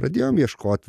pradėjom ieškot